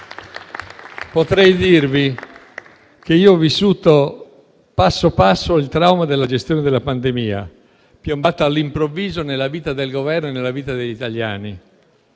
Potrei dirvi che ho vissuto passo dopo passo il trauma della gestione della pandemia, piombata all'improvviso nella vita del Governo e nella vita degli italiani.